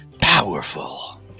powerful